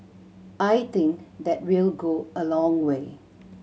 I think that will go a long way